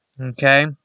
Okay